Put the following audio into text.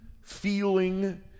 feeling